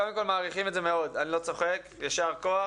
קודם כל מעריכים את זה מאוד וישר כוח.